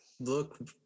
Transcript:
look